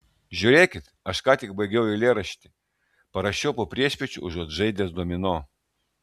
žiūrėkit aš ką tik baigiau eilėraštį parašiau po priešpiečių užuot žaidęs domino